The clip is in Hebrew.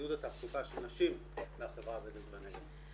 לעידוד תעסוקה של נשים מהחברה הבדואית בנגב.